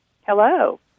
Hello